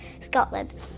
Scotland